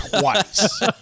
twice